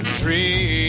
dream